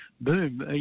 boom